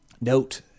note